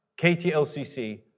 KTLCC